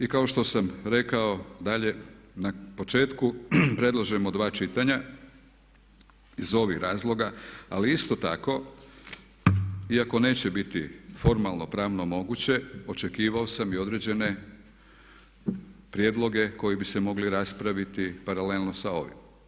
I kao što sam rekao dalje na početku predlažemo dva čitanja iz ovih razloga, ali isto tako iako neće biti formalno pravno moguće očekivao sam i određene prijedloge koji bi se mogli raspraviti paralelno sa ovim.